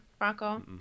Rocco